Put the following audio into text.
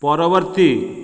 ପରବର୍ତ୍ତୀ